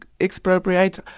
expropriate